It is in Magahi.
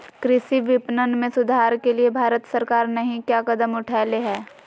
कृषि विपणन में सुधार के लिए भारत सरकार नहीं क्या कदम उठैले हैय?